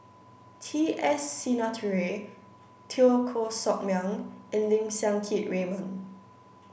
T S Sinnathuray Teo Koh Sock Miang and Lim Siang Keat Raymond